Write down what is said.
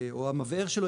או המבער שלו,